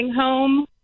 home